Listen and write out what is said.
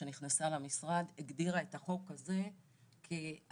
כשנכנסה למשרד הגדירה את החוק הזה בעדיפות